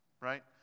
right